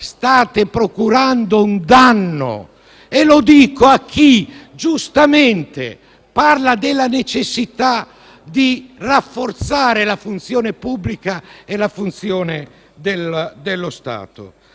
state procurando un danno e lo dico a chi, giustamente, parla della necessità di rafforzare la funzione pubblica e la funzione dello Stato.